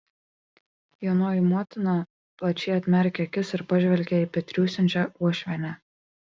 jaunoji motina plačiai atmerkė akis ir pažvelgė į betriūsiančią uošvienę